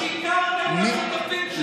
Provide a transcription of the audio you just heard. שיקרתם לשותפים שלכם.